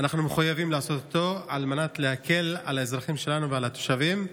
אנחנו מחויבים לעשות אותו על מנת להקל על האזרחים שלנו ועל התושבים,